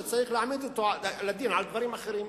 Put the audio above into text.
שצריך להעמיד אותו לדין על דברים אחרים.